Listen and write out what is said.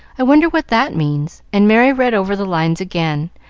i wonder what that means, and merry read over the lines again,